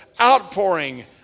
outpouring